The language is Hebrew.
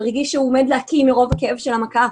הוא הרגיש שהוא עומד להקיא מרוב כאב המכות.